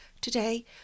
Today